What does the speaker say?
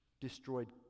destroyed